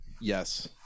yes